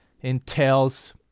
entails